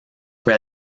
peut